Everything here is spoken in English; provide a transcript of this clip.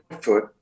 foot